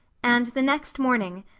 and the next morning,